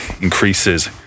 increases